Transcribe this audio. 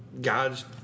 God's